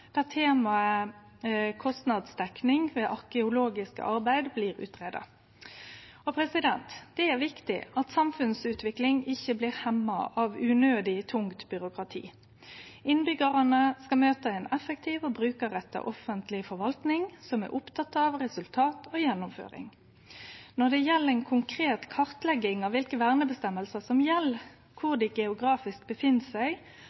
der temaet kostnadsdekning ved arkeologiske arbeid blir utgreidd. Det er viktig at samfunnsutvikling ikkje blir hemma av unødig tungt byråkrati. Innbyggjarane skal møte ei effektiv og brukarretta offentleg forvalting som er oppteken av resultat og gjennomføring. Når det gjeld ei konkret kartlegging av kva for verneføresegner som gjeld,